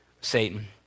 Satan